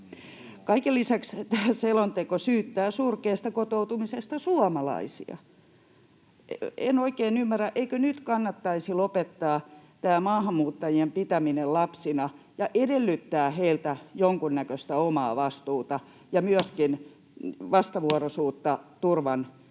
Kaiken lisäksi selonteko syyttää surkeasta kotoutumisesta suomalaisia. En oikein ymmärrä. Eikö nyt kannattaisi lopettaa tämä maahanmuuttajien pitäminen lapsina ja edellyttää heiltä jonkunnäköistä omaa vastuuta ja myöskin vastavuoroisuutta turvan